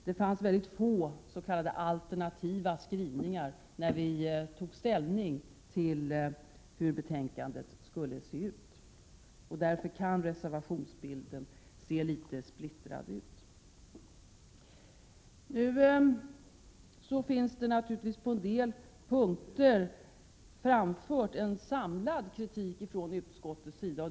Det fanns också mycket få s.k. alternativa skrivningar när vi tog ställning till hur betänkandet skulle se ut. Därför kan reservationsbilden verka litet splittrad. På en del punkter har det naturligtvis framförts en samlad kritik från utskottets sida.